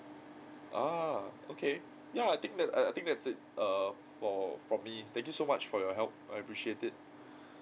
ah okay ya I think that err I think that's it err for from me thank you so much for your help I appreciate it